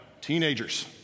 teenagers